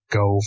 go